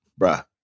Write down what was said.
Bruh